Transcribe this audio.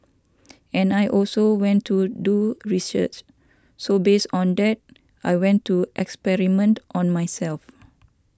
and I also went to do research so based on that I went to experiment on myself